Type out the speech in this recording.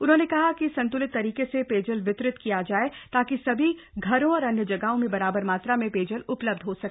उन्होंने कहा कि संत्रलित तरीके से पेयजल वितरित किया जाए ताकि सभी घरों और अन्य जगहों में बराबर मात्रा में पेयजल उपलब्ध हो सके